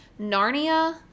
Narnia